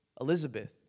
Elizabeth